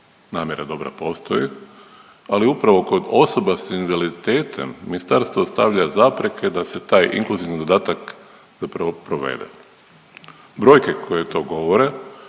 Namjera dobra postoji ali upravo kod osoba s invaliditetom, ministarstvo ostavlja zapreke da se taj inkluzivni dodatak zapravo provede. Brojke koje to govore